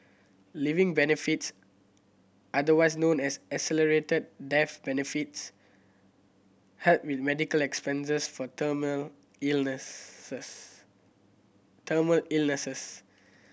living benefits otherwise known as accelerated death benefits help with medical expenses for terminal illnesses terminal illnesses